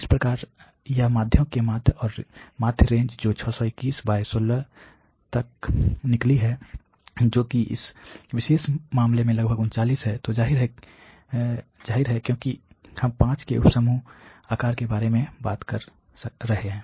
इस प्रकार यह माध्ययों के माध्य और माध्य रेंज जो 621 बाई 16 तक निकलती है जो कि इस विशेष मामले में लगभग 39 है तो जाहिर है क्योंकि हम 5 के उप समूह आकार के बारे में बात कर रहे हैं